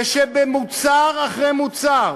ושבמוצר אחרי מוצר